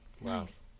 nice